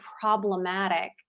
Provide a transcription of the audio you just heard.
problematic